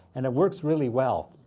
and it works really well.